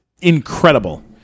incredible